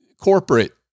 corporate